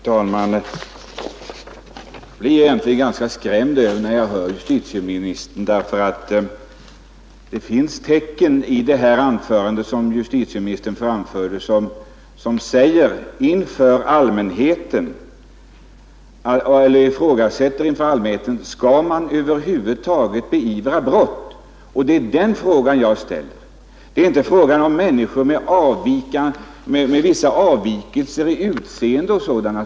Herr talman! Jag blev egentligen ganska skrämd, när jag lyssnade på justitieministern, därför att i justitieministerns senaste anförande fanns det tecken som tyder på att man ifrågasätter inför allmänheten om man över huvud taget skall beivra brott. Det är den frågan jag har ställt. Här är det inte fråga om människor med vissa avvikelser i utseendet och liknande.